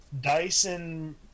Dyson